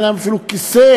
אין להם אפילו כיסא,